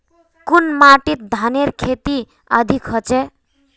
कुन माटित धानेर खेती अधिक होचे?